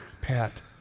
Pat